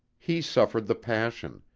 he suffered the passion,